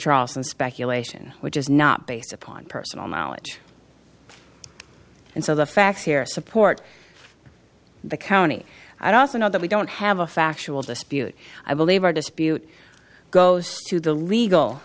austin speculation which is not based upon personal knowledge and so the facts here support the county i'd also know that we don't have a factual dispute i believe our dispute goes to the legal